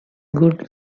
good